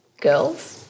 girls